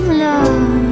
love